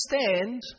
understand